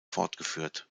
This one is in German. fortgeführt